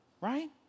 right